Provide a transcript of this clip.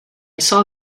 saw